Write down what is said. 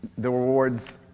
the rewards